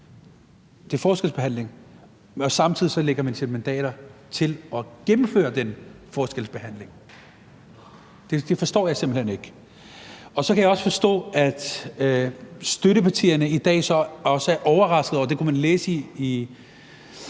det er forskelsbehandling – og at man samtidig så lægger sine mandater til at gennemføre den forskelsbehandling. Det forstår jeg simpelt hen ikke. Så kan jeg også forstå, at støttepartierne i dag også er overrasket over – det kunne man læse i